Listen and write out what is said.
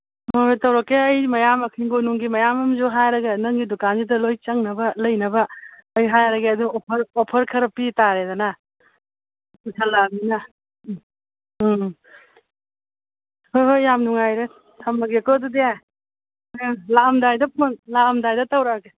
ꯍꯣꯏ ꯍꯣꯏ ꯇꯧꯔꯛꯀꯦ ꯑꯩ ꯃꯌꯥꯝ ꯍꯤꯡꯒꯣꯟꯅꯨꯡꯒꯤ ꯃꯌꯥꯝ ꯑꯃꯁꯨ ꯍꯥꯏꯔꯒ ꯅꯪꯒꯤ ꯗꯨꯀꯥꯟꯁꯤꯗ ꯂꯣꯏ ꯆꯪꯅꯕ ꯂꯩꯅꯕ ꯑꯩ ꯍꯥꯏꯔꯒꯦ ꯑꯗꯨ ꯑꯣꯐꯔ ꯑꯣꯐꯔ ꯈꯔ ꯄꯤ ꯇꯥꯔꯦꯗꯅ ꯄꯨꯁꯜꯂꯛꯑꯃꯤꯅ ꯎꯝ ꯍꯣꯏ ꯍꯣꯏ ꯌꯥꯝ ꯅꯨꯡꯉꯥꯏꯔꯦ ꯊꯝꯃꯒꯦꯀꯣ ꯑꯗꯨꯗꯤ ꯂꯥꯛꯑꯝꯗꯥꯏꯗ ꯐꯣꯟ ꯂꯥꯛꯑꯝꯗꯥꯏꯗ ꯇꯧꯔꯛꯑꯒꯦ